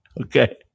Okay